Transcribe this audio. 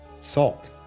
Salt